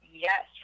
Yes